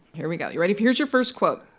here we go. you ready? here's your first quote.